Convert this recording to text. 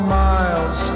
miles